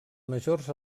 majors